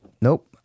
Nope